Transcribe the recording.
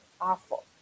awful